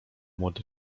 młody